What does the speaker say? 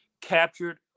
captured